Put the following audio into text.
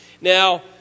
Now